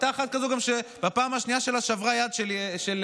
הייתה אחת כזאת שבפעם השנייה שלה שברה יד של ילד.